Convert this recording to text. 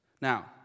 Now